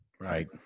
right